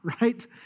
right